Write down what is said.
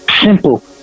simple